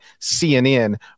CNN